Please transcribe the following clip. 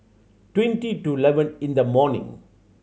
twenty to eleven in the morning